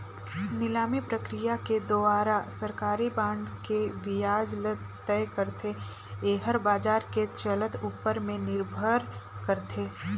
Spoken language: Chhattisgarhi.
निलामी प्रकिया के दुवारा सरकारी बांड के बियाज ल तय करथे, येहर बाजार के चलत ऊपर में निरभर करथे